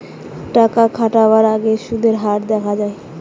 টাকা খাটাবার আগেই সুদের হার দেখা যায়